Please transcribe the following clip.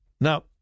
Now